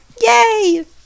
Yay